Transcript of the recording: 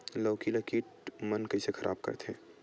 लौकी ला कीट मन कइसे खराब करथे?